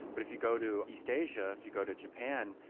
but if you go to east asia if you go to japan,